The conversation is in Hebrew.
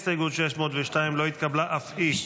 הסתייגות 602 לא התקבלה אף היא.